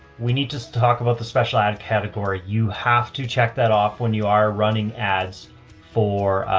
we need to talk about the special ad category. you have to check that off when you are running ads for, ah,